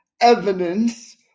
evidence